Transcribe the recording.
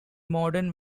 modern